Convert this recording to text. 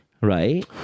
right